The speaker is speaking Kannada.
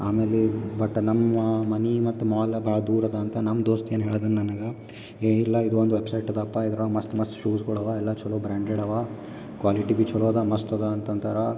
ಆಮೇಲಿ ಬಟ್ ನಮ್ಮ ಮನೆ ಮತ್ತು ಮಾಲ್ ಭಾಳ ದೂರದ ಅಂತ ನಮ್ಮ ದೋಸ್ತ ಏನು ಹೇಳ್ಧನು ನನಗೆ ಏ ಇಲ್ಲ ಇದೊಂದು ವೆಬ್ಸೈಟ್ ಇದಪ್ಪ ಇದ್ರಾಗ ಮಸ್ತ್ ಮಸ್ತ್ ಶೂಸ್ಗಳವಾ ಎಲ್ಲ ಚಲೋ ಬ್ರಾಂಡೆಡ್ ಅವಾ ಕ್ವಾಲಿಟಿ ಬಿ ಚಲೋ ಅದ ಮಸ್ತ್ ಅದ ಅಂತಂತರಾ